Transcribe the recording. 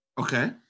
okay